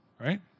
right